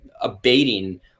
abating